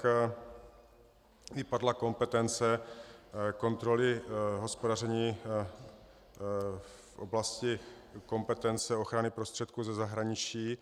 Stejně tak padla kompetence kontroly hospodaření v oblasti kompetence ochrany prostředků ze zahraničí.